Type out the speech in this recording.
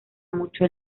mucho